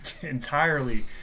entirely